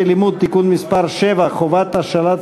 תשמעו,